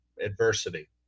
adversity